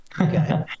Okay